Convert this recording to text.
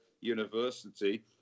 University